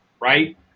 right